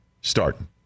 starting